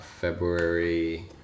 February